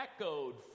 echoed